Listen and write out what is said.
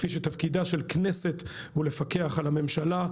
כפי שתפקידה של כנסת הוא לפקח על הממשלה,